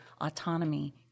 autonomy